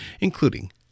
including